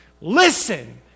Listen